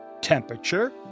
temperature